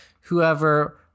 whoever